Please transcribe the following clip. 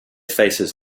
faces